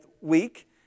week